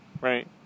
right